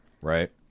right